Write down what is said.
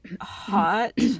hot